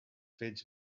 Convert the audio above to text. fets